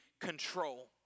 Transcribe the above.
control